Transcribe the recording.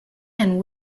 and